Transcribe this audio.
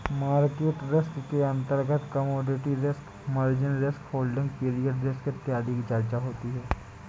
market risk के अंतर्गत commodity risk, margin risk, holding period risk इत्यादि की चर्चा होती है